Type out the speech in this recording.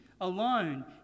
Alone